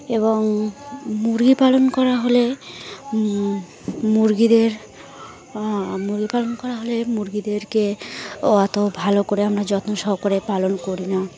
এবং মুরগি পালন করা হলে মুরগিদের মুরগি পালন করা হলে মুরগিদেরকে অত ভালো করে আমরা যত্ন সহকার পালন করি না